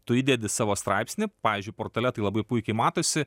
tu įdedi savo straipsnį pavyzdžiui portale tai labai puikiai matosi